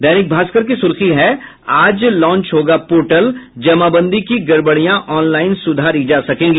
दैनिक भास्कर की सुर्खी है आज लॉन्च होगा पोर्टल जमाबंदी की गड़बड़ियां ऑनलाईन सुधारी जा सकेगी